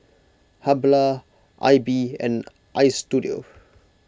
Habhal Aibi and Istudio